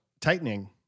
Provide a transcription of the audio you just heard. tightening